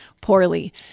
poorly